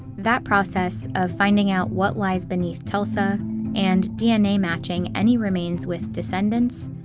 that process of finding out what lies beneath tulsa and dna matching any remains with descendants,